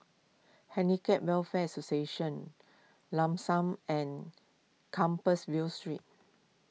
Handicap Welfare Association Lam San and Compassvale Street